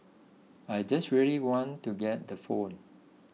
I just really want to get the phone